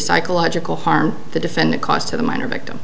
psychological harm the defend the cost to the minor victim